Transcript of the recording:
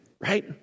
right